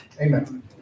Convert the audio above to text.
Amen